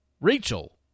Rachel